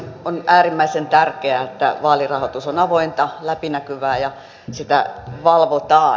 on äärimmäisen tärkeää että vaalirahoitus on avointa läpinäkyvää ja sitä valvotaan